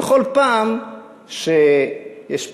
ובכל פעם שיש פוגרום,